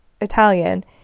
Italian